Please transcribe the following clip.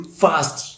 fast